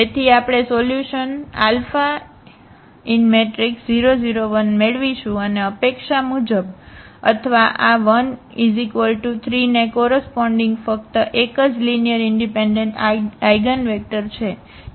તેથી આપણે સોલ્યુશન 0 0 1 મેળવીશું અને અપેક્ષા મુજબ અથવા આ one 3 ને કોરસપોન્ડીગ ફક્ત એક જ લીનીઅરઇનડિપેન્ડન્ટ આઇગનવેક્ટર છે